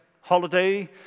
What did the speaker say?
holiday